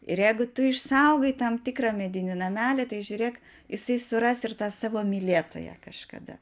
ir jeigu tu išsaugai tam tikrą medinį namelį tai žiūrėk jisai suras ir tą savo mylėtoją kažkada